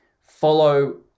follow